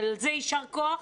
על זה יישר כוח.